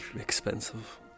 expensive